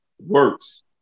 works